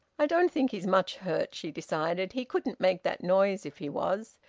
i don't think he's much hurt, she decided. he couldn't make that noise if he was,